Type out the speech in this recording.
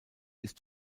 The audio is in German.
ist